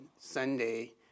Sunday